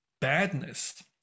badness